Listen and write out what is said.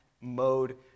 mode